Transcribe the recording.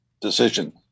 decision